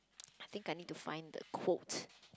I think I need to find the quote